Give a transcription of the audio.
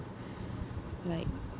like